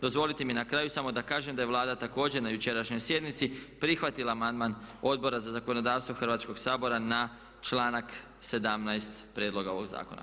Dozvolite mi na kraju samo da kažem da je Vlada također na jučerašnjoj sjednici prihvatila amandman Odbora za zakonodavstvo Hrvatskoga sabora na članak 17.prijedloga ovog zakona.